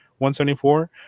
174